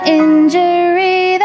injury